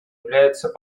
являются